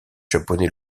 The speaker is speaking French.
japonais